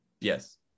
Yes